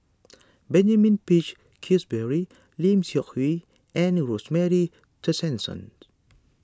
Benjamin Peach Keasberry Lim Seok Hui and Rosemary Tessensohn